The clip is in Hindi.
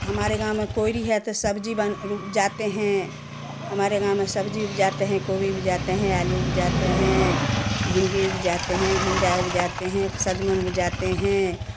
हमारे गाँव में कोईरी है तो सब्जी बन उपजाते हैं हमारे गाँव में सब्जी उपजाते हैं गोभी उपजाते हैं आलू उपजाते हैं भिंडी उपजाते हैं घिउरा उपजाते हैं सजमैन उपजाते हैं